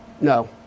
No